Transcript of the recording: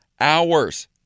hours